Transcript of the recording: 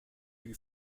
lui